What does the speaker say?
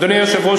אדוני היושב-ראש,